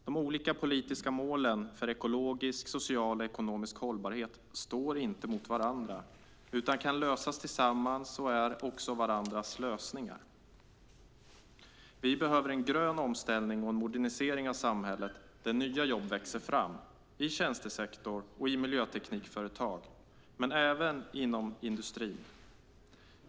De olika politiska målen för ekologisk, social och ekonomisk hållbarhet står inte mot varandra utan kan lösas tillsammans och är också varandras lösningar. Vi behöver en grön omställning och en modernisering av samhället där nya jobb växer fram i tjänstesektor och i miljöteknikföretag men även inom industrin.